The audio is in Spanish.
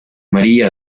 maría